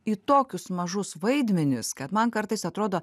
į tokius mažus vaidmenis kad man kartais atrodo